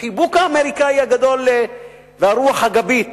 החיבוק האמריקני הגדול והרוח הגבית